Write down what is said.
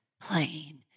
plain